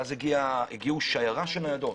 ואז הגיעה שיירת ניידות,